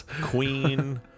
Queen